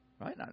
right